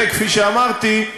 וכפי שאמרתי,